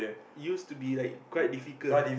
used to be like quite difficult